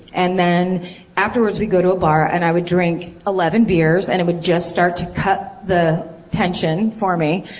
and then afterwards we'd go to a bar and i would drink eleven beers and it would just start to cut the tension for me,